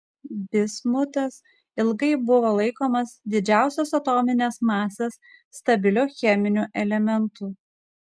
bismutas ilgai buvo laikomas didžiausios atominės masės stabiliu cheminiu elementu